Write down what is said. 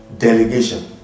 Delegation